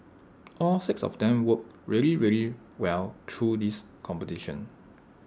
all six of them worked really really well through this competition